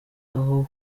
aho